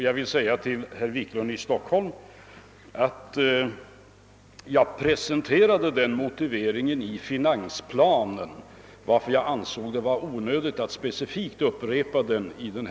Jag vill säga till herr Wiklund i Stockholm att jag har presenterat denna motivering i finansplanen, varför jag ansett det vara onö digt att upprepa den i propositionen nr 12.